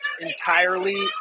entirely